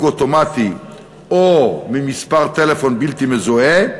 אוטומטי או ממספר טלפון בלתי מזוהה),